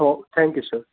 okay thank you sir